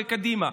וקדימה.